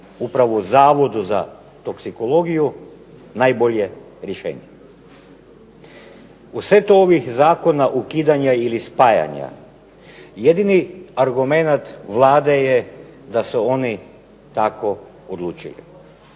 upravo Zavodu za toksikologiju najbolje rješenje. U setu ovih zakona, ukidanja ili spajanja jedini argumenat Vlade je da su oni tako odlučili.